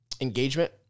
engagement